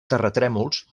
terratrèmols